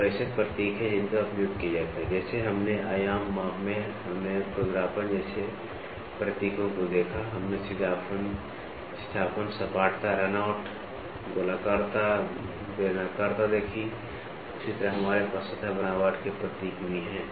तो ऐसे प्रतीक हैं जिनका उपयोग किया जाता है जैसे हमने आयाम माप में हमने खुरदरापन जैसे प्रतीकों को देखा हमने सीधापन सपाटता रनआउट गोलाकारता बेलनाकारता देखी उसी तरह हमारे पास सतह बनावट के प्रतीक भी हैं